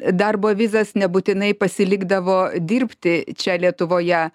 darbo vizas nebūtinai pasilikdavo dirbti čia lietuvoje